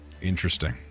Interesting